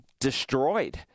destroyed